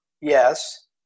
yes